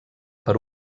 per